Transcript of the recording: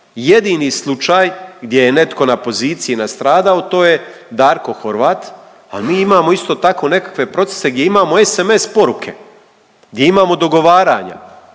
Jedini slučaj gdje je netko na poziciji nastradao to je Darko Horvat, ali mi imamo isto tako nekakve procese gdje imamo sms poruke, gdje imamo dogovaranja.